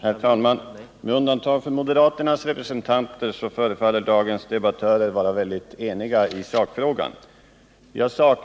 Herr talman! Med undantag för moderaternas representanter förefaller dagens debattörer vara väldigt eniga i sakfrågan. Som